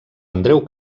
andreu